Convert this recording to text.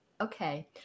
okay